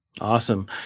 Awesome